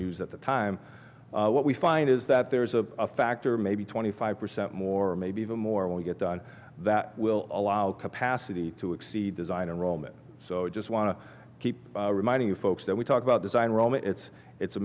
news at the time what we find is that there is a factor maybe twenty five percent more maybe even more when we get done that will allow capacity to exceed design and roman so i just want to keep reminding folks that we talk about design roman it's it's a